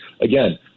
again